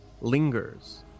lingers